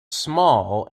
small